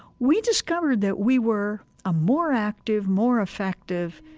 we discovered that we were a more active, more effective,